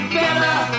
better